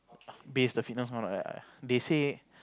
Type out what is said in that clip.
base the fitness corner I I they say